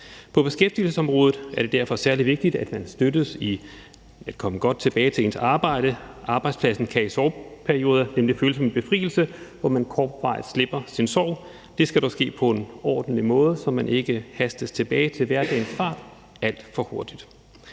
På beskæftigelsesområdet er det derfor særlig vigtigt, at man støttes i at komme godt tilbage til ens arbejde. Arbejdspladsen kan i sorgperioder nemlig føles som en befrielse, hvor man kortvarigt slipper sin sorg. Det skal dog ske på en ordentlig måde, så man ikke hastes tilbage til hverdagens fart alt for hurtigt.